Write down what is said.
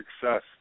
success